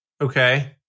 Okay